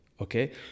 Okay